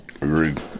Agreed